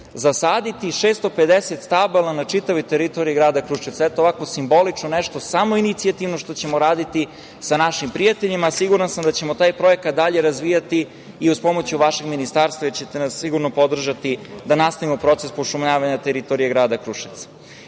zasaditi 650 stabala na čitavoj teritoriji grada Kruševca. Eto, ovako simbolično, nešto samoinicijativno što ćemo raditi sa našim prijateljima. Siguran sam da ćemo taj projekat dalje razvijati i uz pomoć vašeg Ministarstva i da ćete nas sigurno podržati da nastavimo proces pošumljavanja teritorije grada Kruševca. Ono